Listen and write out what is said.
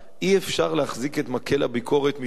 אי-אפשר להחזיק את מקל הביקורת משני כיוונים.